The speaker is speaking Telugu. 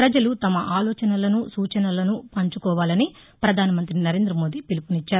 ప్రజలు తమ ఆలోచనలను సూచనలను పంచుకోవాలని ప్రధానమంత్రి నరేంద్ర మోదీ పిలుపునిచ్చారు